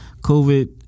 COVID